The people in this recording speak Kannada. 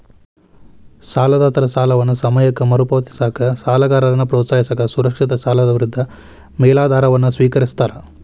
ಸಾಲದಾತರ ಸಾಲವನ್ನ ಸಮಯಕ್ಕ ಮರುಪಾವತಿಸಕ ಸಾಲಗಾರನ್ನ ಪ್ರೋತ್ಸಾಹಿಸಕ ಸುರಕ್ಷಿತ ಸಾಲದ ವಿರುದ್ಧ ಮೇಲಾಧಾರವನ್ನ ಸ್ವೇಕರಿಸ್ತಾರ